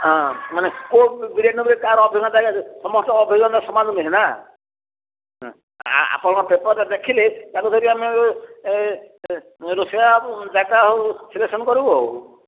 ହଁ ମାନେ କୋଉ ବିରିୟାନୀ କାହାର ଅଭିଜ୍ଞତା ସମସ୍ତଙ୍କର ଅଭିଜ୍ଞତା ସମାନ ନୁହେଁ ନା ଆପଣଙ୍କ ପେପର୍ରେ ଦେଖିଲେ ତାକୁ ଧରି ଆମେ ରୋଷେଇ ଜାଗା ହେଉ ସିଲେକ୍ସନ କରିବୁ ଆଉ